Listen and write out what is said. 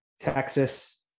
Texas